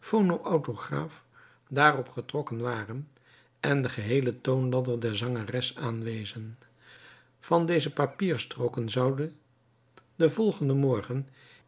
staanden phonautograaf daarop getrokken waren en den geheelen toonladder der zangeres aanwezen van deze papierstrooken zoude den volgenden morgen